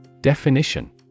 Definition